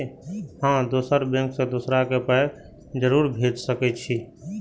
हम दोसर बैंक से दोसरा के पाय भेज सके छी?